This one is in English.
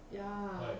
ya